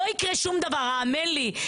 לא יקרה שום דבר, האמן לי.